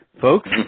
folks